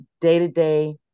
day-to-day